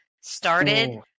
started